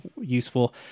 useful